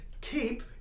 keep